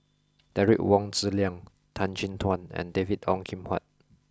Derek Wong Zi Liang Tan Chin Tuan and David Ong Kim Huat